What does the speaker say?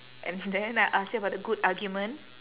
and then I ask you about the good argument